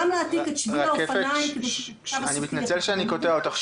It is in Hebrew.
גם להעתיק את שביל האופניים --- אני מתנצל שאני קוטע אותך.